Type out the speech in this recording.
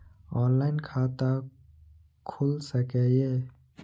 Online खाता खुल सके ये?